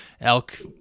elk